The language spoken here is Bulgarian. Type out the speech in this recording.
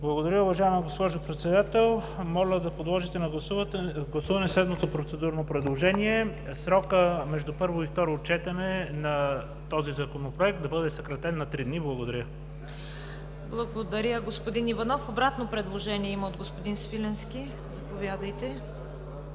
Благодаря, уважаема госпожо Председател. Моля да подложите на гласуване следното процедурно предложение – срокът между първо и второ четене на този Законопроект да бъде съкратен на три дни. Благодаря. ПРЕДСЕДАТЕЛ ЦВЕТА КАРАЯНЧЕВА: Благодаря, господин Иванов. Има обратно предложение от господин Свиленски. Заповядайте.